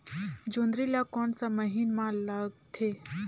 जोंदरी ला कोन सा महीन मां लगथे?